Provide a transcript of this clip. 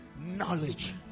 knowledge